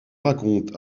raconte